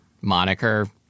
moniker